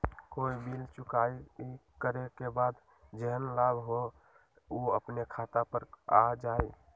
कोई बिल चुकाई करे के बाद जेहन लाभ होल उ अपने खाता पर आ जाई?